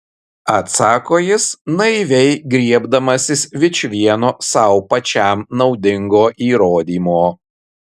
atsako jis naiviai griebdamasis vičvieno sau pačiam naudingo įrodymo